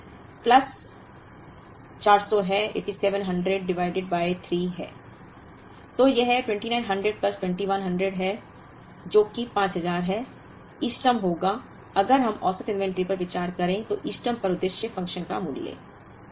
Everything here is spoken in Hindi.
तो यह 2900 प्लस 2100 है जो कि 5000 है इष्टतम होगा अगर हम औसत इन्वेंट्री पर विचार करें तो इष्टतम पर उद्देश्य फ़ंक्शन का मूल्य